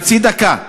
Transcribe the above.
חצי דקה.